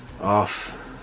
off